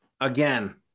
again